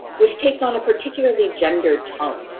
which takes on a particularly gendered tone